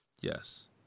Yes